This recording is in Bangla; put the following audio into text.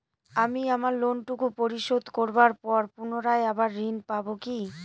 আমি আমার লোন টুকু পরিশোধ করবার পর পুনরায় আবার ঋণ পাবো কি?